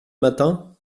matin